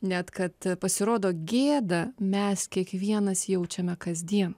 net kad pasirodo gėdą mes kiekvienas jaučiame kasdien